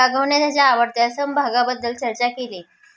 राघवने त्याच्या आवडत्या समभागाबद्दल चर्चा केली